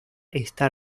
está